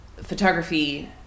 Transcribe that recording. Photography